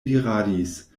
diradis